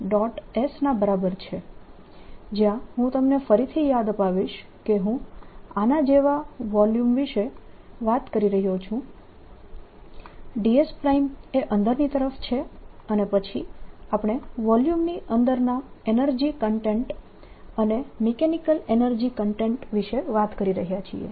S ના બરાબર છે જ્યાં હું તમને ફરીથી યાદ અપાવીશ કે હું આના જેવા વોલ્યુમ વિશે વાત કરી રહ્યો છું dS એ અંદરની તરફ છે અને પછી આપણે વોલ્યુમની અંદરના એનર્જી કન્ટેન્ટ અને મિકેનીકલ એનર્જી કન્ટેન્ટ વિશે વાત કરી રહ્યા છીએ